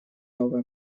новая